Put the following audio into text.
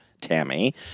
Tammy